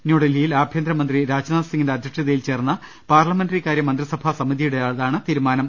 ന്യൂഡൽഹി യിൽ ആഭ്യന്തര മന്ത്രി രാജ്നാഥ് സിങ്ങിന്റെ അധ്യക്ഷതയിൽ ചേർന്ന പാർലമെന്ററികാരൃ മന്ത്രിസഭാ സമിതിയുടേതാണ് തീരുമാനം